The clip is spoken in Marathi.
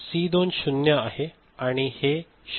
सी 2 0 आहे आणि हे 0 आहे